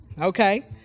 okay